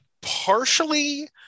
partially